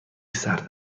سرد